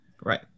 Right